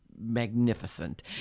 magnificent